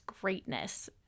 greatness